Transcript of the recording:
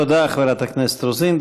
תודה, חברת הכנסת רוזין.